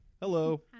Hello